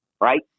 right